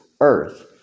earth